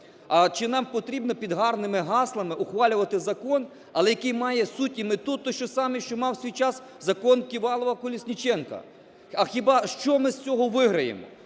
Чи нам потрібно під гарними гаслами ухвалювати закон, але який має суть і мету той, що саме мав в свій час Закон "Ківалова-Колісніченка"? А хіба, що ми з цього виграємо?